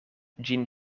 ĝin